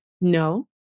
no